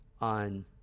on